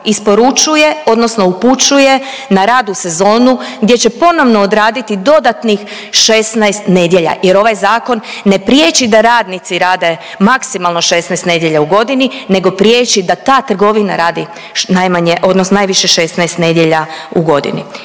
isporučuje, odnosno upućuje na rad u sezonu gdje će ponovno odraditi dodatnih 16 nedjelja, jer ovaj zakon ne priječi da radnici rade maksimalno 16 nedjelja u godini, nego priječi da ta trgovina radi najmanje, odnosno najviše 16 nedjelja u godini.